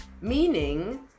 meaning